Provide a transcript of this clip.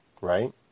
right